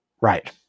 Right